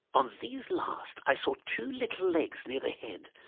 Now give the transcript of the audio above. on these last i saw two little legs near the head,